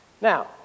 Now